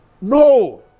No